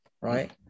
Right